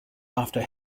after